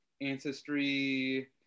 ancestry